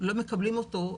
לא מקבלים אותו,